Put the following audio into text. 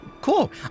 Cool